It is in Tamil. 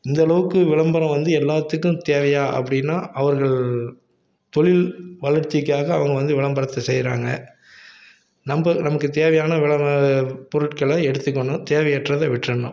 இந்த அளவுக்கு விளம்பரம் வந்து எல்லாத்துக்கும் தேவையா அப்படின்னா அவர்கள் தொழில் வளர்ச்சிக்காக அவங்க வந்து விளம்பரத்தை செய்கிறாங்க நம்ம நமக்கு தேவையான விளம்பரப் பொருட்கள் எடுத்துக்கணும் தேவையற்றதை விட்டுறணும்